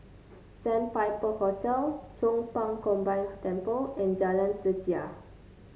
Sandpiper Hotel Chong Pang Combined Temple and Jalan Setia